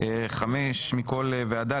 5 מכל ועדה,